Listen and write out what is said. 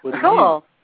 Cool